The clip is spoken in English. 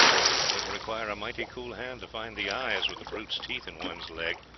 but it would require a mighty cool hand to find the eyes, with the brute's teeth in one's leg,